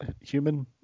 human